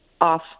off